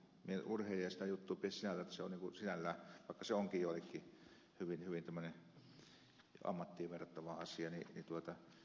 minä en urheilijan juttua pidä sellaisena vaikka se onkin joillekin hyvin ammattiin verrattava asia